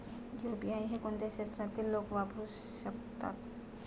UPI हे कोणत्या क्षेत्रातील लोक वापरू शकतात?